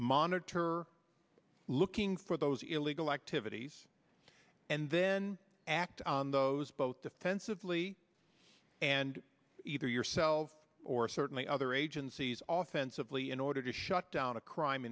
monitor looking for those illegal activities and then act on those both defensively and either yourself or certainly other agencies all offensively in order to show down a crime